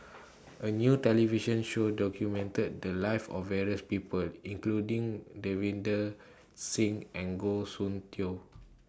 A New television Show documented The Lives of various People including Davinder Singh and Goh Soon Tioe